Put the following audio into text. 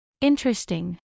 Interesting